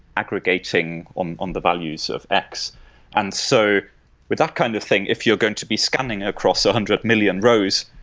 aggregating on on the values of x and so with that kind of thing, if you're going to be scanning across a hundred million rows,